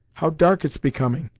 how dark it's becoming!